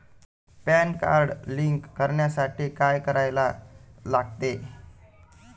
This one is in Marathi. पॅन कार्ड लिंक करण्यासाठी काय करायला लागते?